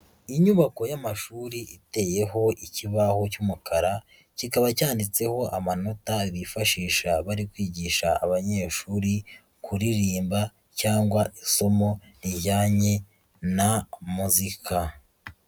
Inyubako y'amashuri iteyeho ikibaho cy'umukara, kikaba cyanditseho amanota bifashisha bari kwigisha abanyeshuri kuririmba cyangwa isomo rijyanye na muzika.